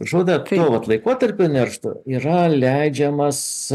tuo vat laikotarpiu neršto yra leidžiamas